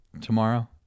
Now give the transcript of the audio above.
Tomorrow